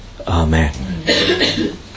Amen